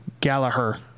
Gallagher